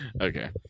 Okay